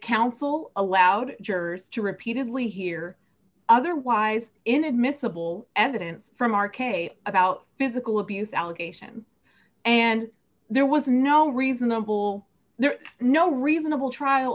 council allowed jurors to repeatedly hear otherwise inadmissible evidence from r k about physical abuse allegation and there was no reasonable there no reasonable trial